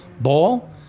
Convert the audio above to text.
ball